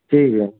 ठीक है